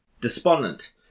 Despondent